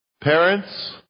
Parents